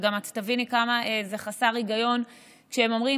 ואת גם תביני כמה זה חסר היגיון כשהם אומרים